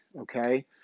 Okay